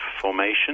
Formation